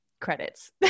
credits